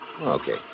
Okay